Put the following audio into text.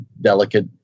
delicate